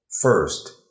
first